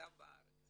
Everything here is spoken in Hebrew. וקליטה בארץ.